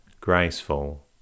graceful